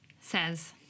says